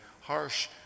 harsh